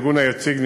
הארגון היציג,